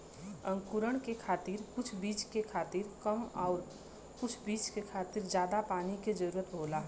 अंकुरण के खातिर कुछ बीज के खातिर कम आउर कुछ बीज के खातिर जादा पानी क जरूरत होला